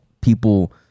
people